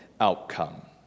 outcome